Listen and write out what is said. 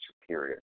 superior